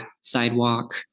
sidewalk